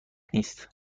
نیست